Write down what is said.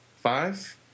Five